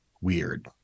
weird